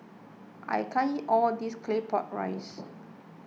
I can't eat all of this Claypot Rice